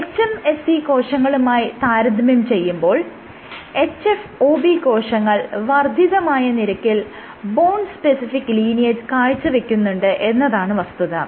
hMSC കോശങ്ങളുമായി താരതമ്യം ചെയ്യുമ്പോൾ hFOB കോശങ്ങൾ വർദ്ധിതമായ നിരക്കിൽ ബോൺ സ്പെസിഫിക്ക് ലീനിയേജ് കാഴ്ചവെക്കുന്നുണ്ട് എന്നതാണ് വസ്തുത